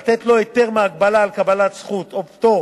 לתת לו היתר מההגבלה על קבלת זכות או פטור